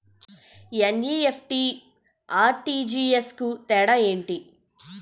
NEFT, RTGS కు తేడా ఏంటి?